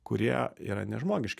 kurie yra nežmogiški